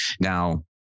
Now